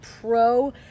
pro